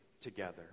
together